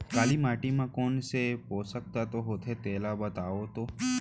काली माटी म कोन से पोसक तत्व होथे तेला बताओ तो?